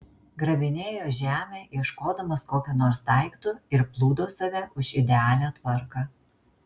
grabinėjo žemę ieškodamas kokio nors daikto ir plūdo save už idealią tvarką